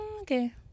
okay